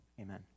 amen